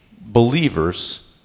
believers